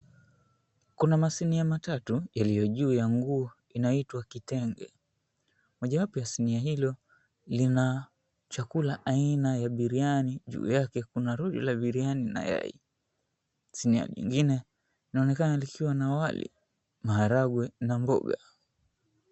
Kuna masinia matatu iliyo juu ya nguo inayoitwa kitenge. Mojawapo ya sinia hilo, lina chakula aina ya biriani juu yake kuna rojo la biriani na yai. Siniani ingine inaonekana likiwa na wali, maharagwe na mboga.